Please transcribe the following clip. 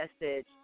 message